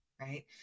Right